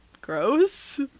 gross